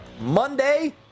Monday